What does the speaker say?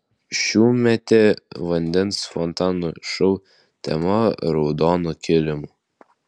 šiųmetė vandens fontanų šou tema raudonu kilimu